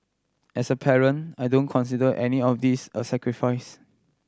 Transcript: as a parent I don't consider any of this a sacrifice